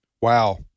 wow